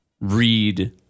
read –